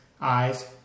eyes